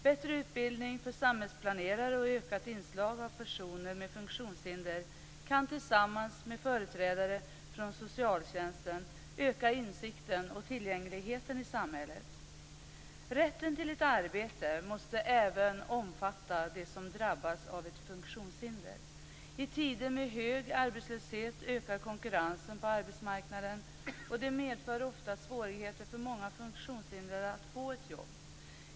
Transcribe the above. Bättre utbildning för samhällsplanerare och ökat inslag av personer med funktionshinder kan, tillsammans med företrädare för socialtjänsten, öka insikten och tillgängligheten i samhället. Rätten till ett arbete måste även omfatta dem som drabbats av ett funktionshinder. I tider med hög arbetslöshet ökar konkurrensen på arbetsmarknaden och det medför oftast svårigheter för många funktionshindrade att få ett jobb.